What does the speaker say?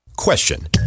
Question